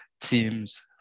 teams